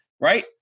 right